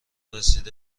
رسیده